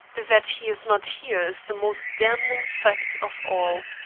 that he is not here is the most damning fact of all,